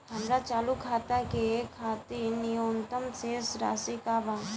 हमार चालू खाता के खातिर न्यूनतम शेष राशि का बा?